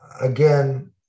again